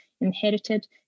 inherited